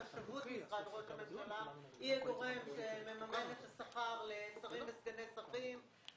חשבות משרד ראש הממשלה היא הגורם שמממן את השכר לשרים וסגני שרים.